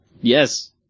Yes